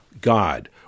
God